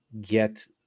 get